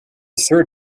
third